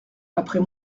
après